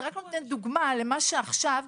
זה רק נותן דוגמה למה שקורה עכשיו,